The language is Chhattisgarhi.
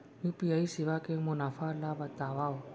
यू.पी.आई सेवा के मुनाफा ल बतावव?